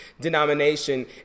denomination